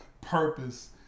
purpose